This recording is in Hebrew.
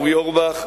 אורי אורבך,